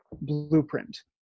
blueprint